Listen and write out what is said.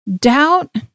Doubt